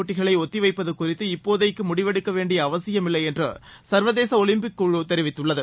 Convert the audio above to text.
போட்டிகளை ஒத்திவைப்பது குறித்து இப்போதைக்கு முடிவெடுக்கவேண்டிய அவசியமில்லை என்று சர்வதேச ஒலிம்பிக் குழு தெரிவித்துள்ளது